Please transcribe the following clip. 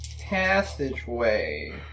passageway